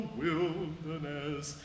wilderness